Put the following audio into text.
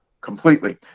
Completely